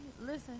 listen